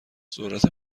ذرت